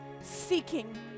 seeking